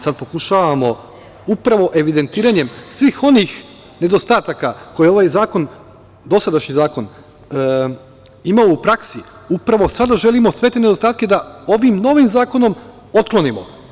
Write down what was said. Sad pokušavamo upravo evidentiranjem svih onih nedostataka koje je ovaj dosadašnji zakon imao u praksi, upravo sada želimo sve te nedostatke da ovim novim zakonom otklonimo.